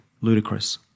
ludicrous